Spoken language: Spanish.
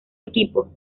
equipo